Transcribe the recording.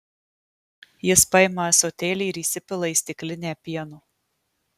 jis paima ąsotėlį ir įsipila į stiklinę pieno